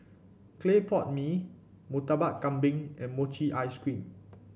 Clay Pot Mee Murtabak Kambing and Mochi Ice Cream